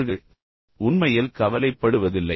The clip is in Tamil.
அவர்கள் உண்மையில் கவலைப்படுவதில்லை